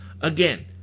again